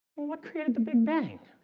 what created the big bang